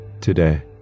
today